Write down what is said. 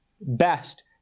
best